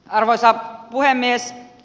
arvoisa puhemies